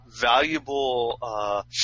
valuable –